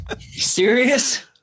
serious